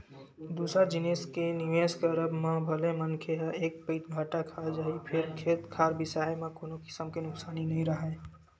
दूसर जिनिस के निवेस करब म भले मनखे ह एक पइत घाटा खा जाही फेर खेत खार बिसाए म कोनो किसम के नुकसानी नइ राहय